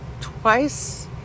twice